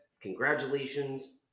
congratulations